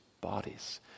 bodies